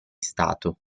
stato